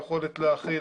היכולת להכיל,